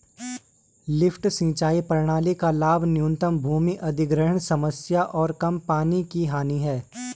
lift सिंचाई प्रणाली का लाभ न्यूनतम भूमि अधिग्रहण समस्या और कम पानी की हानि है